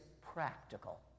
practical